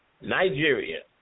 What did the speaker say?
Nigeria